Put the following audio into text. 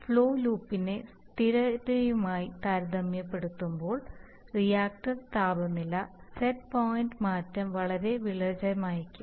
അതിനാൽ ഫ്ലോ ലൂപ്പിന്റെ സ്ഥിരതയുമായി താരതമ്യപ്പെടുത്തുമ്പോൾ റിയാക്റ്റർ താപനില സെറ്റ് പോയിന്റ് മാറ്റം വളരെ വിരളമായിരിക്കും